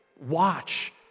Watch